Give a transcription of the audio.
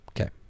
Okay